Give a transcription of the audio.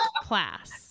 class